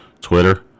Twitter